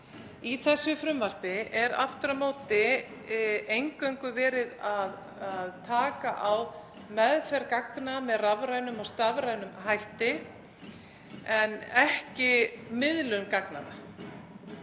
Í þessu frumvarpi er aftur á móti eingöngu verið að taka á meðferð gagna með rafrænum og stafrænum hætti en ekki miðlun gagnanna.